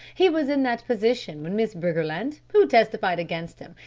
he was in that position when miss briggerland, who testified against him,